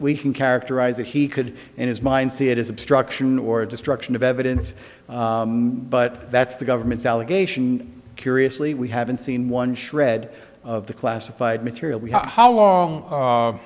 we can characterize it he could in his mind see it as obstruction or destruction of evidence but that's the government's allegation curiously we haven't seen one shred of the classified material how long